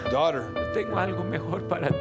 daughter